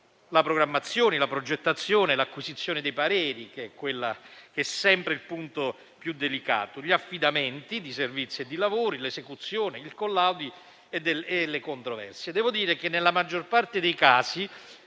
la programmazione, la progettazione e l'acquisizione di pareri, che è sempre il punto più delicato; interviene poi sugli affidamenti di servizi e di lavori, l'esecuzione, il collaudo e le controversie. Nella maggior parte dei casi